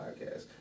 podcast